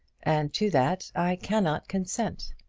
and to that i cannot consent.